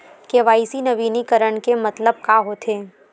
KYC नवीनीकरण के मतलब का होथे?